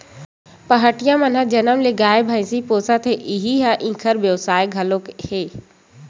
पहाटिया मन ह जनम ले गाय, भइसी पोसत हे इही ह इंखर बेवसाय घलो हे